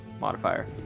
modifier